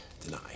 deny